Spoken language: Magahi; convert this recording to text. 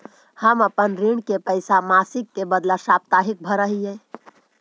हम अपन ऋण के पैसा मासिक के बदला साप्ताहिक भरअ ही